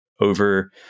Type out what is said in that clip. over